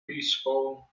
peaceful